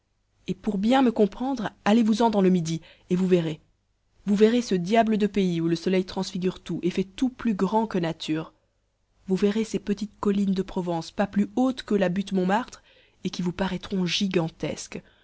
et pour bien me comprendre allez-vous-en dans le midi et vous verrez vous verrez ce diable de pays où le soleil transfigure tout et fait tout plus grand que nature vous verrez ces petites collines de provence pas plus hautes que la butte montmartre et qui vous paraîtront gigantesques